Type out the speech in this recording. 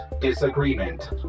disagreement